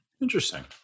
Interesting